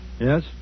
Yes